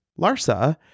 Larsa